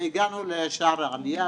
והגענו לשער עלייה